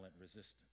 resistance